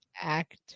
Act